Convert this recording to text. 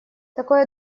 такое